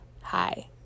hi